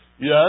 Yes